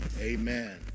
Amen